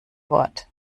wort